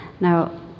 Now